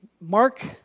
Mark